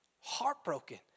Heartbroken